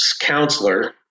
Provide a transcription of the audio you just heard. counselor